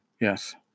yes